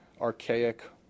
archaic